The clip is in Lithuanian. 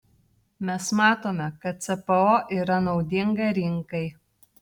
mes matome kad cpo yra naudinga rinkai